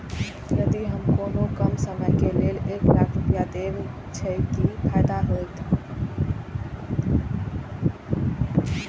यदि हम कोनो कम समय के लेल एक लाख रुपए देब छै कि फायदा होयत?